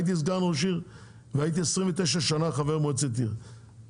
הייתי סגן ראש עיר והייתי 29 שנים חבר מועצת עיר,